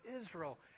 Israel